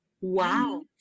Wow